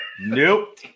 Nope